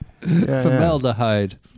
Formaldehyde